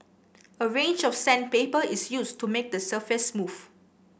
a range of sandpaper is used to make the surface smooth